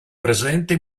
presente